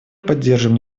поддерживаем